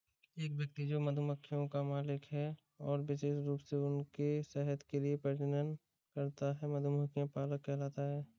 एक व्यक्ति जो मधुमक्खियों का मालिक है और विशेष रूप से उनके शहद के लिए प्रजनन करता है, मधुमक्खी पालक कहलाता है